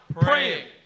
praying